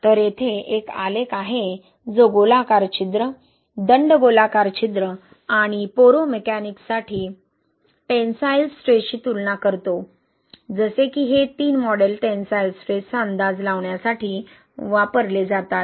तर येथे एक आलेख आहे जो गोलाकार छिद्र दंडगोलाकार छिद्र आणि पोरोमेकॅनिक्ससाठी टेन्साइल स्ट्रेसची तुलना करतो जसे की हे 3 मॉडेल टेन्साइल स्ट्रेस चा अंदाज लावण्यासाठी वापरले जातात